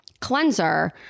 cleanser